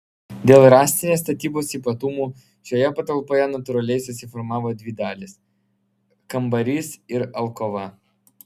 dėl rąstinės statybos ypatumų šioje patalpoje natūraliai susiformavo dvi dalys kambarys ir alkova